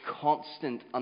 constant